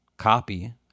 copy